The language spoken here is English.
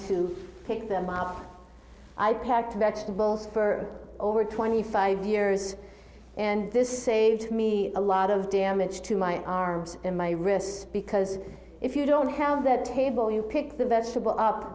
to pick them up i packed vegetables for over twenty five years and this to me a lot of damage to my arms in my wrists because if you don't have that table you pick the vegetable up